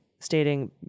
Stating